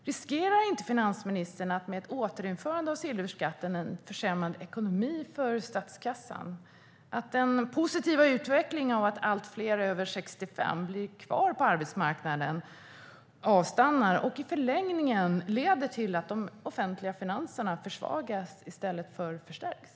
Riskerar inte finansministern genom ett återinförande av silverskatten en försämrad ekonomi för statskassan, att den positiva utvecklingen att fler över 65 år blir kvar på arbetsmarknaden avstannar och i förlängningen leder till att de offentliga finanserna försvagas i stället för förstärks?